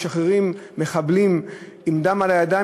אנחנו משחררים מחבלים עם דם על הידיים,